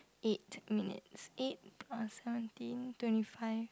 eight minutes eight plus seventeen twenty five